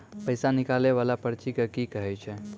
पैसा निकाले वाला पर्ची के की कहै छै?